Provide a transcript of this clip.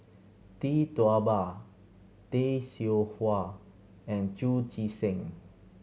Tee Tua Ba Tay Seow Huah and Chu Chee Seng